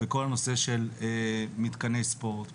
בכל הנושא של מתקני ספורט,